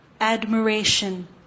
admiration